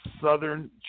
Southern